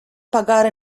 pagare